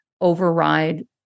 override